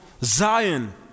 Zion